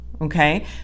Okay